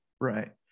Right